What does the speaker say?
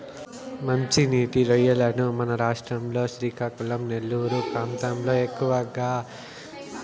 మంచి నీటి రొయ్యలను మన రాష్ట్రం లో శ్రీకాకుళం, నెల్లూరు ప్రాంతాలలో ఎక్కువ సాగు చేస్తారు